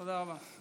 תודה רבה.